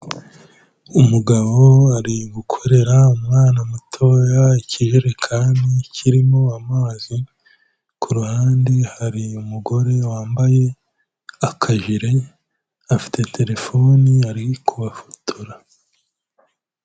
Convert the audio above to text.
Umugabo ari gukorera umwana mutoya ikijerekani kirimo amazi, ku ruhande hari umugore wambaye akajekani, afite telefoni ari kubafotora.